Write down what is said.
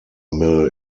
mill